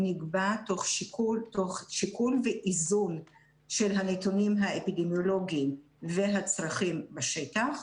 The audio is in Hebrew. הוא נקבע תוך שיקול ואיזון של הנתונים האפידמיולוגיים והצרכים בשטח.